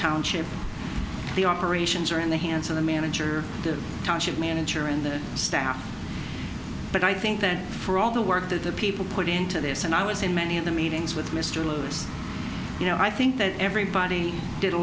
township the operations are in the hands of the manager the township manager and the staff but i think that for all the work that the people put into this and i was in many of the meetings with mr lewis you know i think that everybody did a